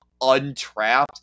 untrapped